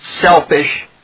selfish